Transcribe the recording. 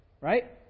Right